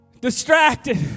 Distracted